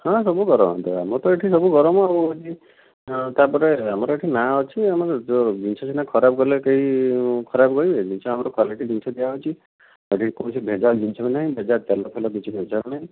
ହଁ ସବୁ ଗରମ ତ ଆମର ତ ଏଠି ସବୁ ଗରମ ଆଉ ଏଠି ତା'ପରେ ଆମର ଏଠି ନାଁ ଅଛି ଆମର ଜିନିଷ ସିନା ଖରାପ କଲେ କେହି ଖରାପ କହିବେ ଜିନିଷ ଆମର କ୍ଵାଲିଟି ଜିନିଷ ଦିଆହେଉଛି କୌଣସି ଭେଜାଲ ଜିନିଷ ନାହିଁ ଭେଜାଲ ତେଲ ଫେଲ କିଛି ଭେଜାଲ ନାହିଁ